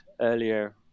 earlier